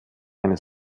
eine